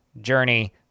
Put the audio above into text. journey